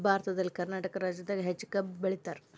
ಭಾರತದಲ್ಲಿ ಕರ್ನಾಟಕ ರಾಜ್ಯದಾಗ ಹೆಚ್ಚ ಕಬ್ಬ್ ಬೆಳಿತಾರ